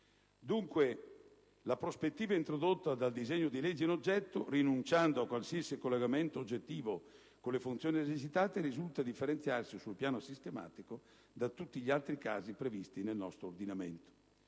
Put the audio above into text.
Dunque, la prospettiva introdotta dal disegno di legge in oggetto, rinunciando a qualsiasi collegamento oggettivo con le funzioni esercitate, risulta differenziarsi sul piano sistematico da tutti gli altri casi previsti nel nostro ordinamento.